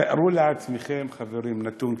תארו לעצמכם, חברים, נתון כזה.